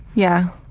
yeah.